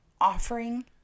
offering